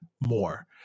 more